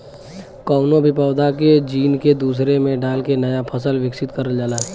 कउनो भी पौधा के जीन के दूसरे में डाल के नया फसल विकसित करल जाला